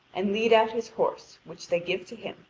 and lead out his horse, which they give to him,